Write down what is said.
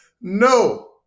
No